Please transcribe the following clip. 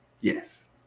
Yes